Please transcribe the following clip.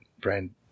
brand